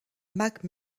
mac